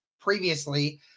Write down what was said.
previously